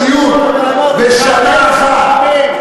וראש עיר שהיה עושה כזאת תנודתיות בשנה אחת,